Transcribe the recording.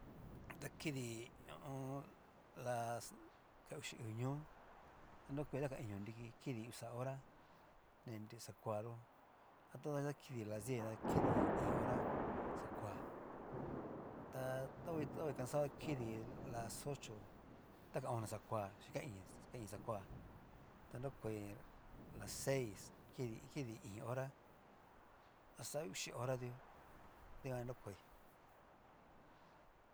Ta kidi ho o on. las kauxi uu ñó, ta nrokoi ta ka iño nriki, kidi uxa hora inri xakuayó, atodavachixhí ta kidi las diez, ta kidi iño hora xakoa, ta to to'oi casado ta kidi las ocho ta ona xakoa chín kain xakoa, ta nrokoi las seis kidi kidi iño hora axa uxi hora tú dikan nrokoi.